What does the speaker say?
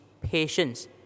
patience